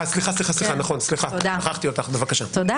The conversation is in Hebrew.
השופט